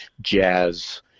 jazz